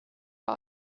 all